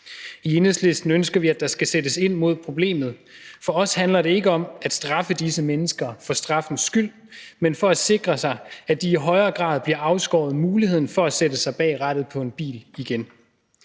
I Enhedslisten ønsker vi, at der skal sættes ind mod problemet. For os handler det ikke om at straffe disse mennesker for straffens skyld, men for at sikre, at de i højere grad bliver afskåret fra muligheden af at sætte sig bag rattet af en bil igen.